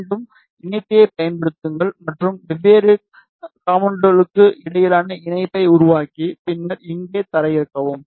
மீண்டும் இணைப்பியைப் பயன்படுத்துங்கள் மற்றும் வெவ்வேறு காம்போனென்ட்களுக்கு இடையிலான இணைப்பை உருவாக்கி பின்னர் இங்கே தரையிறக்கவும்